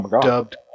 dubbed